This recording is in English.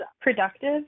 productive